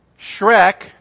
Shrek